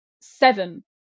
seven